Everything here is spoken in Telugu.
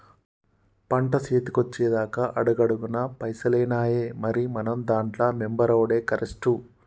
పంట సేతికొచ్చెదాక అడుగడుగున పైసలేనాయె, మరి మనం దాంట్ల మెంబరవుడే కరెస్టు